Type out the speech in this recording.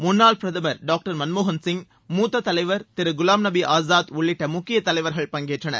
முன்னாள் பிரதமர் டாக்டர் மன்மோகன் சிய் மூத்த தலைவர் திரு குலாம்நபி ஆசாத் உள்ளிட்ட முக்கிய தலைவர்கள் பங்கேற்றனர்